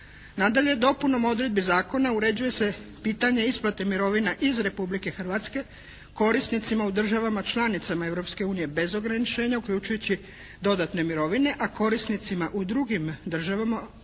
Nadalje, dopunom odredbi zakona uređuje se pitanje isplate mirovina iz Republike Hrvatske korisnicima u državama članicama Europske unije bez ograničenja uključujući dodatne mirovine, a korisnicima u drugim državama, dakle